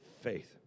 faith